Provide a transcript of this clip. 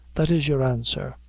that is your answer.